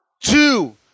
two